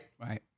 Right